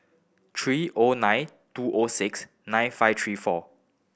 three O nine two O six nine five three four